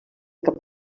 cap